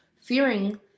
fearing